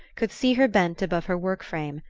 could see her bent above her work-frame,